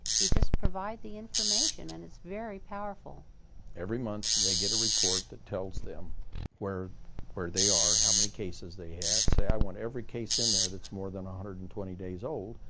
you just provide the information, and it's very powerful every month, they get a report that tells them where where they are, how many cases they have. say, i want every case in there that's more than one hundred and twenty days old,